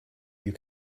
you